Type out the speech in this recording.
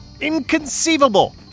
Inconceivable